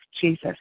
Jesus